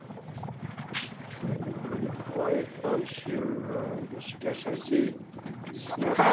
looks like a pretty quiet bunch here mr. keshe i see snep.